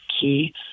key